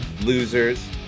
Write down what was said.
losers